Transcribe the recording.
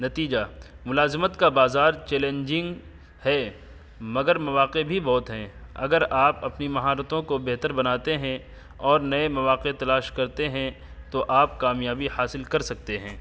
نتیجہ ملازمت کا بازار چیلنجنگ ہے مگر مواقع بھی بہت ہیں اگر آپ اپنی مہارتوں کو بہتر بناتے ہیں اور نئے مواقع تلاش کرتے ہیں تو آپ کامیابی حاصل کرسکتے ہیں